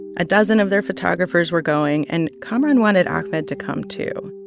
a dozen of their photographers were going, and kamaran wanted ahmed to come too.